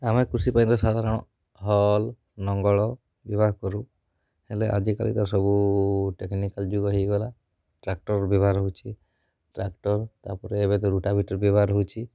ଆମେ କୃଷି ପାଇଁ ତ ସାଧାରଣ ହଳ ଲଙ୍ଗଳ ବ୍ୟବହାର କରୁ ହେଲେ ଆଜିକାଲି ତ ସବୁ ଟେକ୍ନିକାଲ ଯୁଗ ହେଇଗଲା ଟ୍ରାକ୍ଟର ବ୍ୟବହାର ହଉଛି ଟ୍ରାକ୍ଟର ତା'ପରେ ଏବେ ତ ରୋଟାଭିଟର ବ୍ୟବହାର ହଉଛି